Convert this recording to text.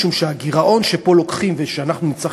משום שהגירעון שפה לוקחים ושאנחנו נצטרך